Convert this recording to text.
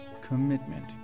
commitment